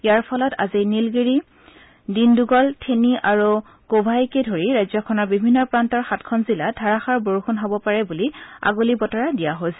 ইয়াৰ ফলত আজি নীলগিৰি দিনদুগুল থেনী আৰু কোভাইকে ধৰি ৰাজ্যখনৰ বিভিন্ন প্ৰান্তৰ সাতখন জিলাত ধাৰাষাৰ বৰষুণ হ'ব পাৰে বুলি আগলীবতৰা দিয়া হৈছে